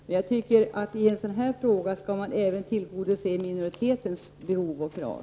I en sådan här fråga skall man enligt min uppfattning även tillgodose minoritetens behov och krav.